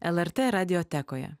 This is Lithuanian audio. lrt radiotekoje